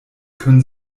können